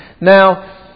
Now